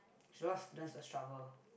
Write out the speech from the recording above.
so a lot of students will struggle